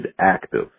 active